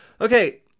Okay